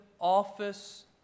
office